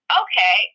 okay